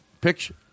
picture